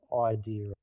idea